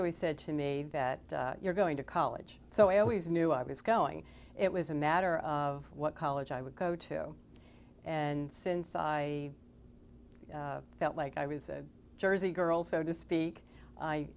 always said to me that you're going to college so i always knew i was going it was a matter of what college i would go to and since felt like i was a jersey girl so to speak i